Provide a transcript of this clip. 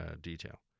detail